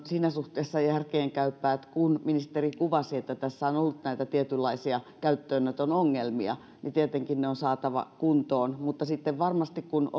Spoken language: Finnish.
siinä suhteessa järkeenkäypää että niin kuin ministeri kuvasi tässä on ollut tietynlaisia käyttöönoton ongelmia ja tietenkin ne on saatava kuntoon mutta sitten varmasti kun